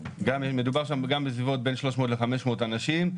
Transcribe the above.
מדובר שם גם על בין 300 ל-500 אנשים,